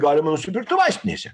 galima nusipirkti vaistinėse